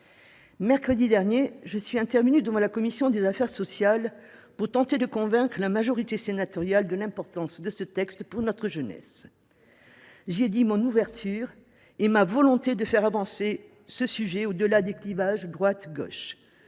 Mercredi dernier, je suis intervenue devant la commission des affaires sociales pour tenter de convaincre la majorité sénatoriale de l’importance de ce texte pour notre jeunesse. J’y ai dit mon ouverture et ma volonté de faire avancer ce sujet au delà des clivages droite gauche.